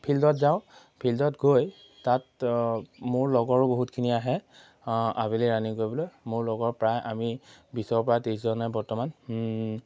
ফিল্ডত যাওঁ ফিল্ডত গৈ তাত মোৰ লগৰো বহুতখিনি আহে আবেলি ৰানিং কৰিবলৈ মোৰ লগৰ প্ৰায় আমি বিছৰ পৰা ত্ৰিছজনে বৰ্তমান